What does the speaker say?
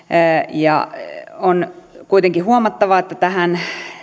on kuitenkin huomattava että tähän